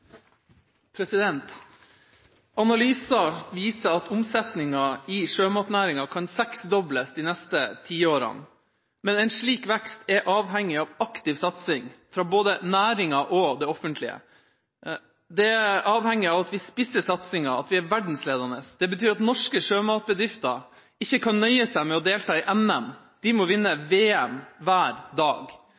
Analyser viser at omsetninga i sjømatnæringa kan seksdobles de neste tiårene. Men en slik vekst er avhengig av aktiv satsing fra både næringa og det offentlige. Det avhenger av at vi spisser satsinga, at vi er verdensledende. Det betyr at norske sjømatbedrifter ikke kan nøye seg med å delta i NM. De må vinne VM – hver dag.